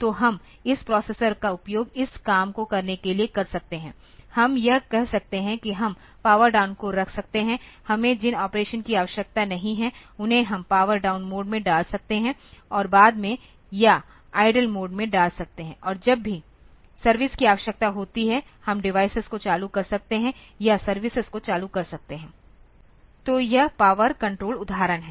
तो हम इस प्रोसेसर का उपयोग इस काम को करने के लिए कर सकते हैं हम यह कह सकते हैं कि हम पावर डाउन को रख सकते हैं हमें जिन ऑपरेशन की आवश्यकता नहीं है उन्हे हम इस पावर डाउन मोड में डाल सकते हैं और बाद में या आईडील मोड में डाल सकते हैं और जब भी सर्विस की आवश्यकता होती है हम डिवाइस को चालू कर सकते हैं या सर्विसेज को चालू कर सकते हैं तो यह एक पावर कण्ट्रोल उदाहरण है